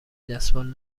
دستمال